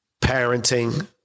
Parenting